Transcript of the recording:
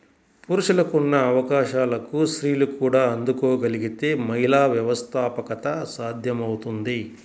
పురుషులకున్న అవకాశాలకు స్త్రీలు కూడా అందుకోగలగితే మహిళా వ్యవస్థాపకత సాధ్యమవుతుంది